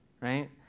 right